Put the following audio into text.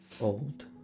old